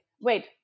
wait